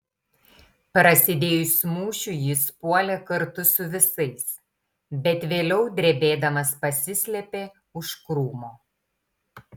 prasidėjus mūšiui jis puolė kartu su visais bet vėliau drebėdamas pasislėpė už krūmo